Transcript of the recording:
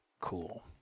cool